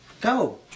Go